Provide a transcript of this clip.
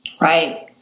Right